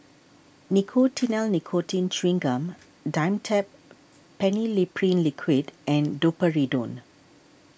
Nicotinell Nicotine Chewing Gum Dimetapp Phenylephrine Liquid and Domperidone